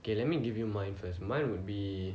okay let me give you mine first mine would be